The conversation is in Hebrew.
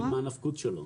הנפקות שלו.